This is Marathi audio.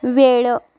वेळ